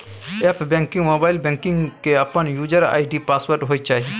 app banking, mobile banking के अपन user ID password होय चाहिए